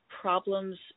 problems